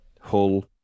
Hull